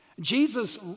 Jesus